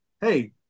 Hey